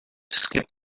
skip